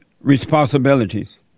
responsibilities